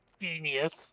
genius